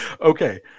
Okay